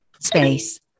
Space